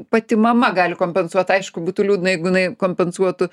pati mama gali kompensuot aišku būtų liūdna jeigu jinai kompensuotų